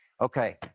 okay